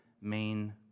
main